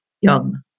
young